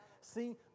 See